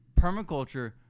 permaculture